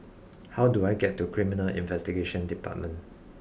how do I get to Criminal Investigation Department